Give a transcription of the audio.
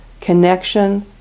connection